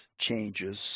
changes